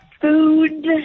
food